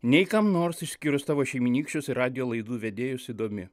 nei kam nors išskyrus tavo šeimynykščius ir radijo laidų vedėjus idomi